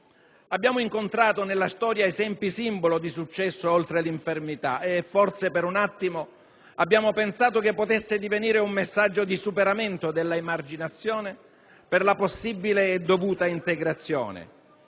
Abbiamo incontrato nella storia esempi simbolo di successo oltre l'infermità e forse per un attimo abbiamo pensato che potesse divenire un messaggio di superamento della emarginazione per la possibile e dovuta integrazione: